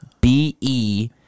B-E